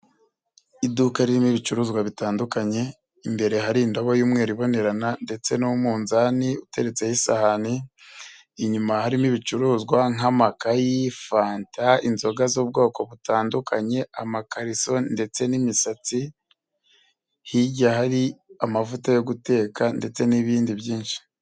Iduka ririmo ibicuruzwa bitandukanye, imbere hari indobo'umweru ibonerana ndetse n'umunzani uteretseho isahani, inyuma harimo ibicuruzwa nk'amakayi, fanta, inzoga z'ubwoko butandukanye, amakariso, ndetse n'imisatsi hirya hari amavuta yo guteka ndetse n'ibindi byinshi.